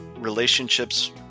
relationships